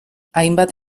hainbat